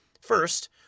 First